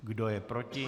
Kdo je proti?